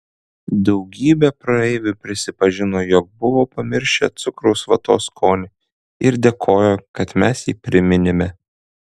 daugybė praeivių prisipažino jog buvo pamiršę cukraus vatos skonį ir dėkojo kad mes jį priminėme